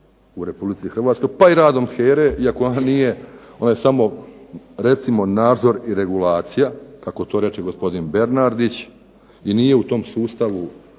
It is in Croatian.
u Republici Hrvatskoj, pa i radom HERA-e, iako ona nije, ona je samo recimo nadzor i regulacija kako to reče gospodin Bernardić, i nije u tom sustavu